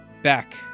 Back